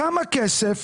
כמה כסף